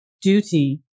duty